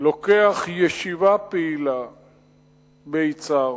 לוקח ישיבה פעילה ביצהר,